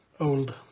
old